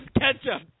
ketchup